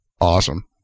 awesome